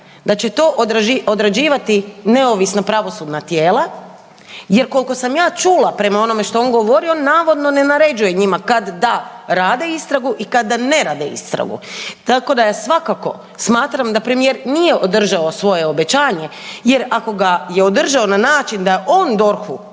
da će to odrađivati neovisna pravosudna tijela jer koliko sam ja čula prema onome što je on govorio jer on navodno ne naređuje njima kad da rade istragu i kad da ne rade istragu. Tako da ja svakako smatram da premije nije održao svoje obećanje jer ako ga je održao na način da je on DORH-u